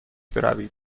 بروید